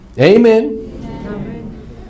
Amen